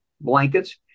blankets